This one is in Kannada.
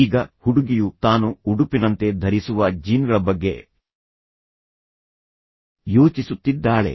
ಈಗ ಹುಡುಗಿಯು ತಾನು ಉಡುಪಿನಂತೆ ಧರಿಸುವ ಜೀನ್ಗಳ ಬಗ್ಗೆ ಯೋಚಿಸುತ್ತಿದ್ದಾಳೆ